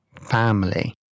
family